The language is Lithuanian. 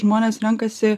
žmonės renkasi